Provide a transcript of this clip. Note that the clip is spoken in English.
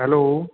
hello